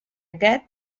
aquest